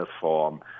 form